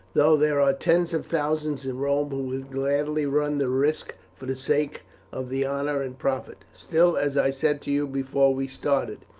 though there are tens of thousands in rome who would gladly run the risk for the sake of the honour and profit. still, as i said to you before we started,